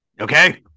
Okay